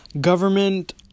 government